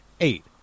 eight